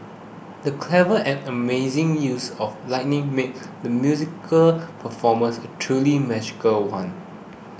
the clever and amazing use of lighting made the musical performance a truly magical one